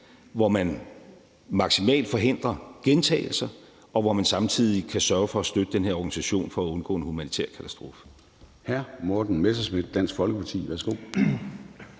hvor man maksimalt forhindrer gentagelser, og hvor man samtidig kan sørge for at støtte den her organisation for at undgå en humanitær katastrofe. Kl. 13:21 Formanden (Søren Gade): Hr. Morten Messerschmidt, Dansk Folkeparti. Værsgo.